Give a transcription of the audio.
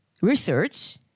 research